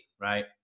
right